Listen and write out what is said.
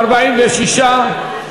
46,